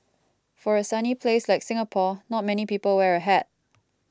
for a sunny place like Singapore not many people wear a hat